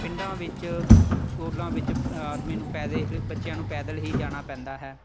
ਪਿੰਡਾਂ ਵਿੱਚ ਸਕੂਲਾਂ ਵਿੱਚ ਆਦਮੀ ਨੂੰ ਪੈਦੇ ਬੱਚਿਆਂ ਨੂੰ ਪੈਦਲ ਹੀ ਜਾਣਾ ਪੈਂਦਾ ਹੈ